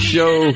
Show